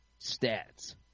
stats